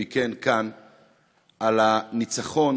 אני, לצערי,